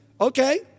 Okay